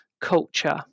culture